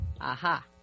Aha